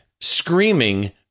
Screaming